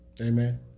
Amen